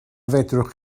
fedrwch